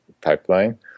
pipeline